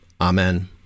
Amen